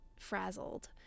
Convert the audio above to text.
frazzled